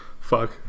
Fuck